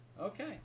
Okay